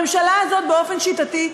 הממשלה הזאת באופן שיטתי,